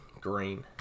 Green